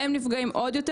הם נפגעים עוד יותר.